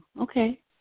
okay